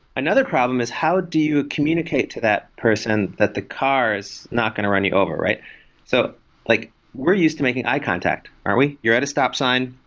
another problem is how do you communicate to that person that the car is not going to run you over? so like we're used to making eye contact. aren't we? you're at a stop sign,